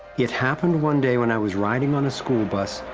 it happened one day, when i was riding on a school bus,